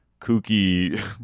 kooky